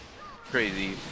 crazy